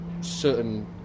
certain